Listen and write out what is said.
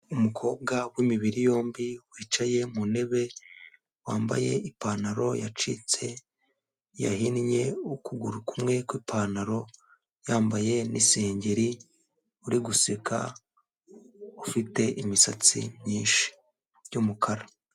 Umukobwa w'imibiri yombi wicaye mu ntebe wambaye ipantaro yacitse, yahinnye ukuguru kumwe kw'ipantaro, yambaye n'isengeri uri guseka ufite imisatsi myinshi y'umukara.